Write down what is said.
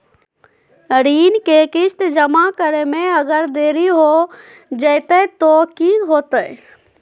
ऋण के किस्त जमा करे में अगर देरी हो जैतै तो कि होतैय?